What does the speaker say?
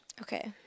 Okay